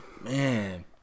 man